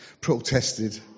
protested